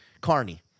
Carney